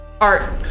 Art